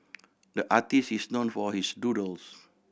the artist is known for his doodles